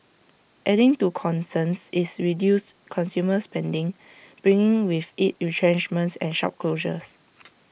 adding to concerns is reduced consumer spending bringing with IT retrenchments and shop closures